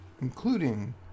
including